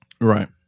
Right